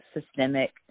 systemic